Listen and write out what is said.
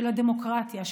של הדמוקרטיה,